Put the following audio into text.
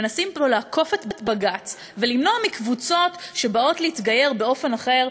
מנסים פה לעקוף את בג"ץ ולמנוע מקבוצות שבאות להתגייר באופן אחר,